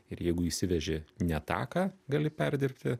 ir jeigu įsiveži ne tą ką gali perdirbti